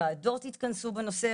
ועדות התכנסו בנושא.